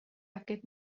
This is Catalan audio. aquest